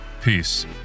Peace